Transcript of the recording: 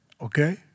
okay